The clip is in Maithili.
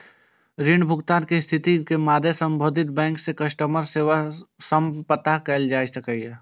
ऋण भुगतान के स्थिति के मादे संबंधित बैंक के कस्टमर सेवा सं पता कैल जा सकैए